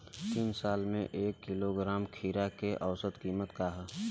तीन साल से एक किलोग्राम खीरा के औसत किमत का ह?